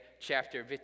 chapter